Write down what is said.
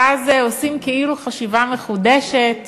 ואז עושים כאילו חשיבה מחודשת